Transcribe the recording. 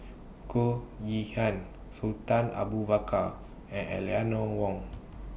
Goh Yihan Sultan Abu Bakar and Eleanor Wong